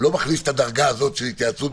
לא מכניס את הדרגה הזאת של התייעצות.